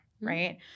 right